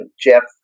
Jeff